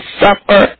suffer